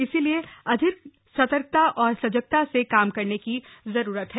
इसलिए अधिक सतर्कता और सजगता से काम करने की जरूरत है